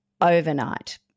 overnight